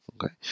Okay